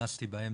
שנכנסתי באמצע.